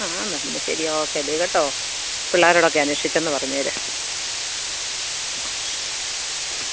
ആ ആന്ന് പിന്നെ ശരി ഓക്കെ ബെയ് കേട്ടോ പിള്ളാരോടൊക്കെ അന്വേഷിച്ചെന്ന് പറഞ്ഞേരെ ആ